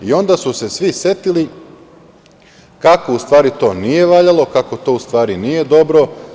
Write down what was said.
Onda su se svi setili kako u stvari to nije valjalo, kako to u stvari nije dobro.